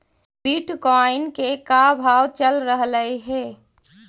Bitcoin के का भाव चल रहलई हे?